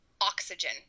oxygen